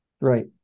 Right